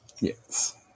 Yes